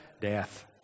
Death